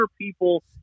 people